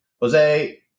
Jose